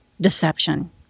deception